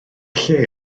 lle